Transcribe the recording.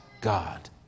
God